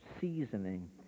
seasoning